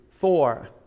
four